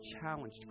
challenged